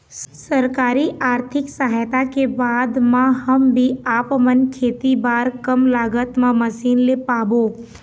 सरकारी आरथिक सहायता के बाद मा हम भी आपमन खेती बार कम लागत मा मशीन ले पाबो?